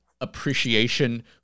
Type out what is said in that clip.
appreciation